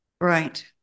Right